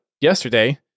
yesterday